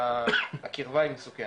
והקירבה היא מסוכנת.